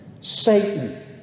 Satan